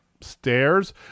stairs